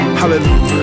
Hallelujah